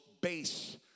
base